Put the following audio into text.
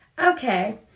Okay